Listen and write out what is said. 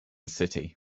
city